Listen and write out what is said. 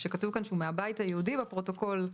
שכתוב כאן שהוא מהבית היהודי בפרוטוקול.